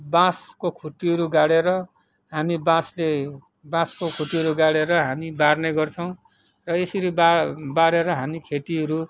बाँसको खुट्टीहरू गाडेर हामी बाँसले बाँसको खुट्टीहरू गाडेर हामी बार्ने गर्छौँ र यसरी बार बारेर हामी खेतीहरू